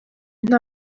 nta